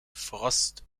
frost